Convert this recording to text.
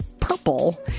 purple